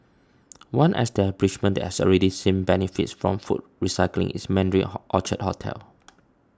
one establishment that has already seen benefits from food recycling is Mandarin Orchard hotel